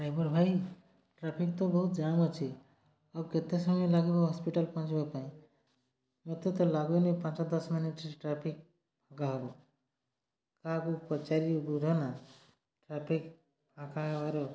driver ଭାଇ traffic ତ ବହୁତ ଜାମ୍ ଅଛି ଆଉ କେତେ ସମୟ ଲାଗିବ ହସ୍ପିଟାଲ ପହଞ୍ଚିବା ପାଇଁ ମୋତେ ତ ଲାଗୁନି ପାଞ୍ଚ ଦଶ ମିନିଟ୍ ଟ୍ରାଫିକ୍ ଫାଙ୍କା ହବ କାହାକୁ ପଚାରିବ ବୁଝା ନା ଟ୍ରାଫିକ୍ ଫାଙ୍କା ହବାର